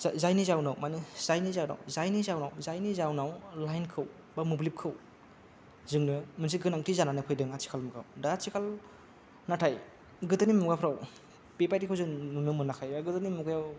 जायनि जाहोनाव माने जायनि जाहोनाव जायनि जाहोनाव जायनि जाहोनाव लाइनखौ बा मोब्लिबखौ जोंनो मोनसे गोनांथि जानानै फैदों आथिखाल मुगायाव दा आथिखालाव नाथाय गोदोनि मुगाफ्राव बेबायदिखौ जों नुनो मोनाखै गोदोनि मुगायाव